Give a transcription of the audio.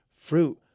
fruit